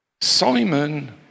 Simon